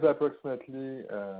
approximately